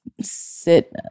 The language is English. sit